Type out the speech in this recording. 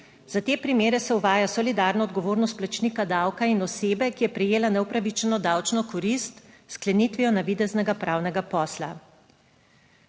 Za te primere se uvaja solidarno odgovornost plačnika davka in osebe, ki je prejela neupravičeno davčno korist s sklenitvijo navideznega pravnega posla.